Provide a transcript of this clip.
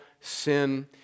sin